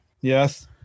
Yes